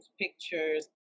pictures